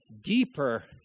deeper